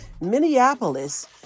Minneapolis